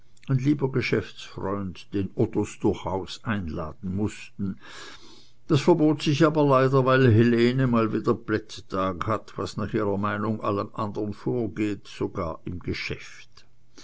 lieber geschäftsfreund den ottos durchaus einladen mußten das verbot sich aber leider weil helene mal wieder plättag hat was nach ihrer meinung allem anderen vorgeht sogar im geschäft